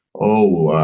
oh,